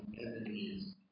enemies